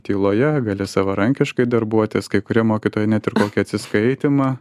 tyloje gali savarankiškai darbuotis kai kurie mokytojai net ir kokį atsiskaitymą